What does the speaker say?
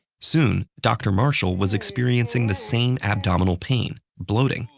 soon, dr. marshall was experiencing the same abdominal pain, bloating,